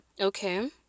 Okay